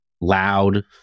loud